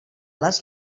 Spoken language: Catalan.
les